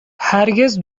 هرگز